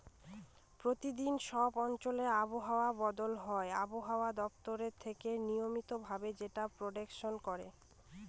প্রতিদিন সব অঞ্চলে আবহাওয়া বদল হয় আবহাওয়া দপ্তর থেকে নিয়মিত ভাবে যেটার প্রেডিকশন করে